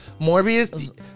Morbius